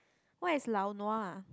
what is lao nua